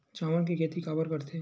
चावल के खेती काबर करथे?